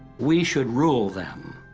we should rule them.